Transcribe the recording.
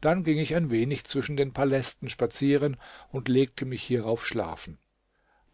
dann ging ich ein wenig zwischen den palästen spazieren und legte mich hierauf schlafen